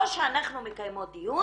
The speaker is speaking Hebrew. או שאנחנו מקיימות דיון